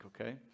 okay